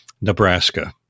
Nebraska